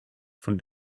von